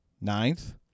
Ninth